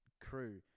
crew